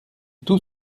tout